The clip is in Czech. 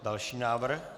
Další návrh.